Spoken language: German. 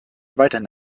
weiterhin